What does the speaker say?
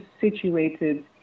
situated